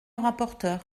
rapporteur